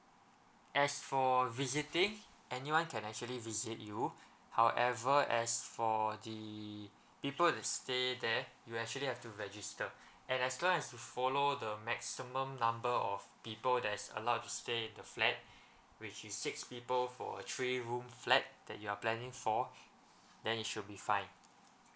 as for visiting anyone can actually visit you however as for the people that stay there you actually have to register and as long as you follow the maximum number of people that's allowed to stay in the flat which is six people for a three room flat that you are planning for then it should be fine